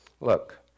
Look